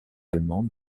allemande